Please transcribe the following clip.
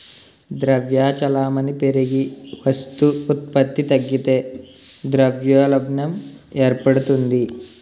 ద్రవ్య చలామణి పెరిగి వస్తు ఉత్పత్తి తగ్గితే ద్రవ్యోల్బణం ఏర్పడుతుంది